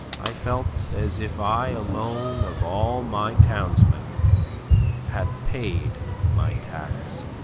i felt as if i alone of all my townsmen had paid my tax.